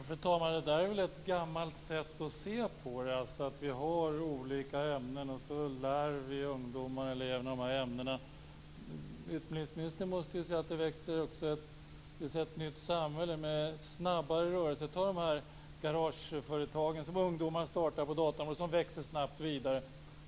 Fru talman! Det där är ett gammalt sätt att se på det hela. Vi har olika ämnen som eleverna får lära sig. Utbildningsministern måste ju se att växer fram ett nytt samhälle med snabbare rörelser. Se t.ex. på de garageföretag i databranschen som ungdomar startar. De växer snabbt vidare.